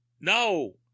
no